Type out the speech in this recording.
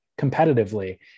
competitively